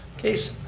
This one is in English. case?